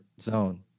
zone